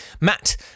Matt